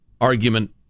argument